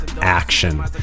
action